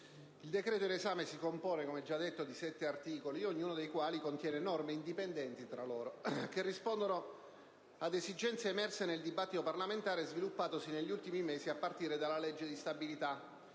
il decreto-legge in esame si compone - come è già stato evidenziato - di sette articoli, ognuno dei quali contiene norme indipendenti tra loro, che rispondono ad esigenze emerse nel dibattito parlamentare sviluppatosi negli ultimi mesi a partire dalla legge di stabilità,